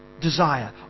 desire